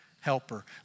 helper